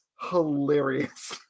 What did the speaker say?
hilarious